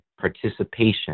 participation